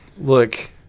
Look